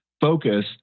focus